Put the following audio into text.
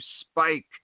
Spike